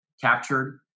captured